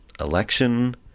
election